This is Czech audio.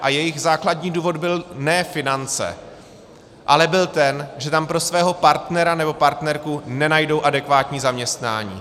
A jejich základní důvod byly ne finance, ale byl ten, že tam pro svého partnera nebo partnerku nenajdou adekvátní zaměstnání.